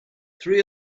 three